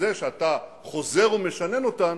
ובזה שאתה חוזר ומשנן אותן